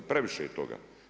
Previše je toga.